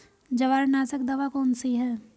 जवार नाशक दवा कौन सी है?